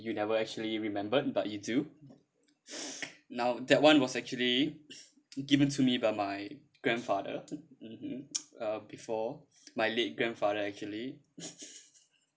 you never actually remembered but you do now that one was actually given to me by my grandfather mmhmm before my late grandfather actually